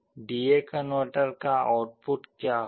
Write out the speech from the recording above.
D A converter का output क्या होगा